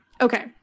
Okay